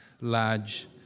large